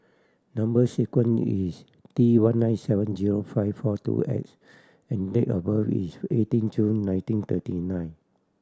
number sequence is T one nine seven zero five four two X and date of birth is eighteen June nineteen thirty nine